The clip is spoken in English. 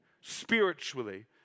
spiritually